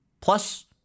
Plus